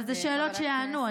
אבל אלה שאלות שייענו.